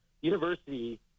university